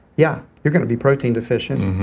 yeah you're going to be protein deficient,